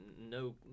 no